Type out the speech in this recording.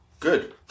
Good